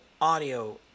audio